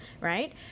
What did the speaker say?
right